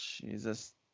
Jesus